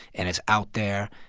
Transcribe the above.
and it's out there.